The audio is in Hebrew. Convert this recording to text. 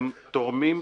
הם תורמים משמעותיים.